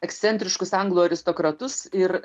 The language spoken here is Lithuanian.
ekscentriškus anglų aristokratus ir